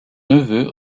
neveu